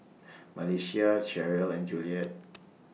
Melissia Cheryle and Juliet